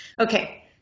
Okay